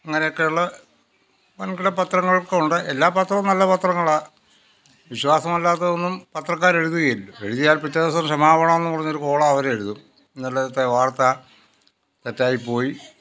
അങ്ങനെയൊക്കെയുള്ള വൻകിട പത്രങ്ങൾക്കുണ്ട് എല്ലാ പത്രവും നല്ല പത്രങ്ങളാണ് വിശ്വാസമല്ലാത്തത് ഒന്നും പത്രക്കാർ എഴുതുകയില്ലല്ലോ എഴുതിയാൽ പിറ്റേ ദിവസം ക്ഷമാപണം എന്ന് പറഞ്ഞു ഒരു കോളം അവർ എഴുതും ഇന്നലത്തെ വാർത്ത തെറ്റായിപ്പോയി